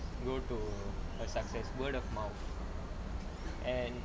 go to a success word of mouth and